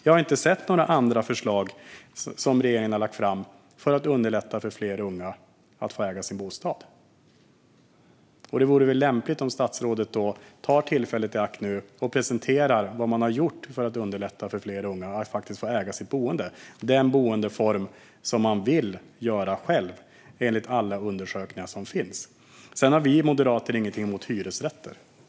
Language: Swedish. Jag har inte sett några andra förslag från regeringen om att underlätta för fler unga att äga sin bostad. Det vore väl lämpligt om statsrådet tog tillfället i akt och presenterade vad man har gjort för att underlätta för fler unga att äga sitt boende, vilket enligt alla undersökningar som finns är den boendeform som de unga själva väljer. Sedan har vi moderater ingenting emot hyresrätter.